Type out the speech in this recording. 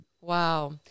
Wow